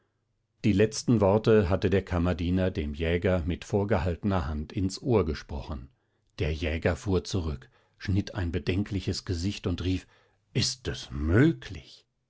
die letzten worte hatte der kammerdiener dem jäger mit vorgehaltener hand ins ohr gesprochen der jäger fuhr zurück schnitt ein bedenkliches gesicht und rief ist es möglich